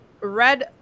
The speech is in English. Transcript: red